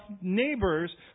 neighbors